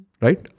Right